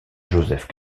joseph